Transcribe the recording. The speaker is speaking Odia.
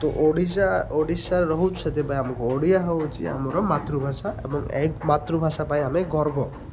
ତ ଓଡ଼ିଶା ଓଡ଼ିଶା ରହୁଛ ସେଥିପାଇଁ ଆମକୁ ଓଡ଼ିଆ ହେଉଛି ଆମର ମାତୃଭାଷା ଏବଂ ଏହା ମାତୃଭାଷା ପାଇଁ ଆମେ ଗର୍ବ